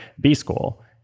B-School